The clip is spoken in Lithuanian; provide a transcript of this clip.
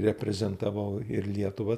reprezentavau ir lietuvą